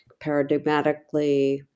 paradigmatically